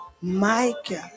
Michael